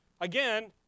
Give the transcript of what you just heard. again